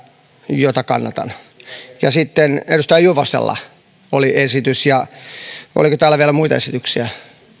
jota kannatan sitten edustaja juvosella oli esitys ja oliko täällä vielä muita esityksiä